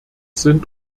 sind